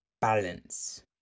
balance